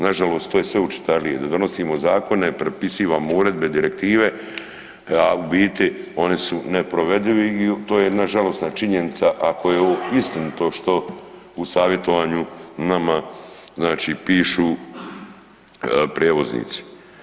Nažalost to je sve učestalije, da donosimo zakone, prepisivamo uredbe, direktive, a u biti oni su neprovedivi i to je jedna žalosna činjenica ako je ovo istinito što u savjetovanju nama znači pišu prijevoznici.